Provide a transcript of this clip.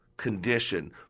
Condition